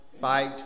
fight